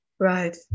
Right